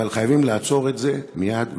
אבל חייבים לעצור את זה מייד ועכשיו.